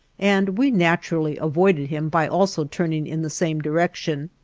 and we naturally avoided him by also turning in the same direction.